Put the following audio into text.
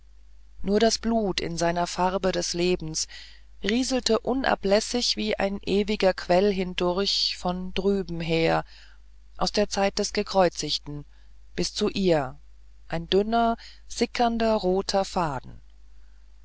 nur das blut in seiner farbe des lebens rieselte unablässig wie ein ewiger quell hindurch von drüben her aus der zeit des gekreuzigten bis zu ihr ein dünner sickernder roter faden